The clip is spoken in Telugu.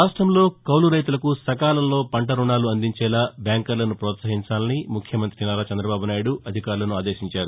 రాష్ట్రంలో కౌలురైతులకు సకాలంలో పంట రుణాలు అందించేలా బ్యాంకర్లను ప్రోత్సహించాలని ముఖ్యమంత్రి నారా చందబాబునాయుడు అధికారులను ఆదేశించారు